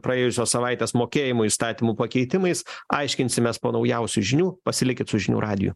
praėjusios savaitės mokėjimų įstatymų pakeitimais aiškinsimės po naujausių žinių pasilikit su žinių radiju